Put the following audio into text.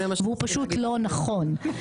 והוא פשוט לא נכון.